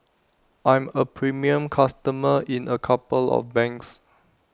I'm A premium customer in A couple of banks